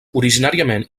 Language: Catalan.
originàriament